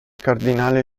cardinale